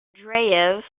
became